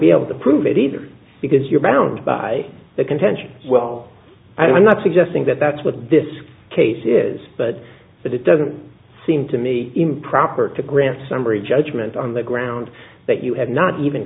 be able to prove it either because you're bound by that contention well i'm not suggesting that that's what this case is but that it doesn't seem to me improper to grant summary judgment on the grounds that you have not even